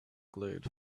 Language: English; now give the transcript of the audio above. glowed